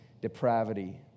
depravity